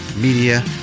Media